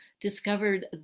discovered